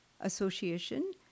Association